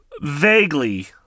Vaguely